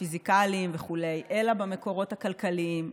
הפיזיקליים וכו' אלא במקורות הכלכליים,